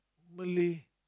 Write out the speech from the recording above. Malay